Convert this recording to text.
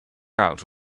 out